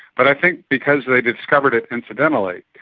but i think because they discovered it incidentally,